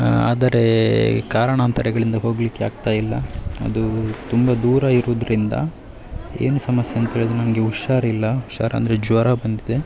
ಆದರೇ ಕಾರಣಾಂತರಗಳಿಂದ ಹೋಗಲಿಕ್ಕೆ ಆಗ್ತಾಯಿಲ್ಲ ಅದೂ ತುಂಬ ದೂರ ಇರೋದ್ರಿಂದ ಏನು ಸಮಸ್ಯೆ ಅಂತೇಳಿದ್ರೆ ನನಗೆ ಹುಷಾರಿಲ್ಲ ಹುಷಾರ್ ಅಂದರೆ ಜ್ವರ ಬಂದಿದೆ